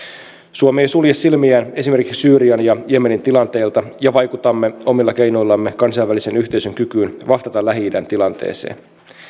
suomi ei sulje silmiään esimerkiksi syyrian ja jemenin tilanteilta ja vaikutamme omilla keinoillamme kansainvälisen yhteisön kykyyn vastata lähi idän tilanteeseen